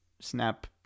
Snap